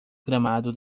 gramado